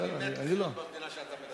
אני מת לחיות במדינה שאתה מדבר עליה.